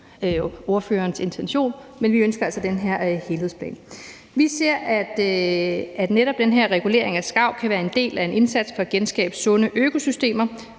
ordførerens intention. Men vi ønsker altså den her helhedsplan. Vi ser, at netop den her regulering af skarven kan være en del af en indsats for at genskabe sunde økosystemer,